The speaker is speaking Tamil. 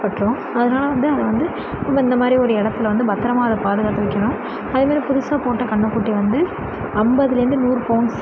பட்டுரும் அதனால் வந்து அதை வந்து நம்ம இந்த மாதிரி ஒரு இடத்துல வந்து பத்திரமா அதை பாதுகாத்து வைக்கணும் அதே மாதிரி புதுசாக போட்ட கன்றுகுட்டி வந்து ஐம்பதுலேருந்து நூறு பவுன்ஸ்